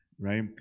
right